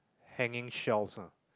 hanging shelves ah